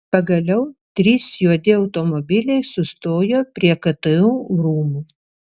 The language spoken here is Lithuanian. pagaliau trys juodi automobiliai sustojo prie ktu rūmų